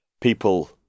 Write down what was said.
people